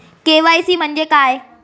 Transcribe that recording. KYC म्हणजे काय?